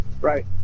Right